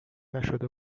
نشده